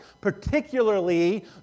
particularly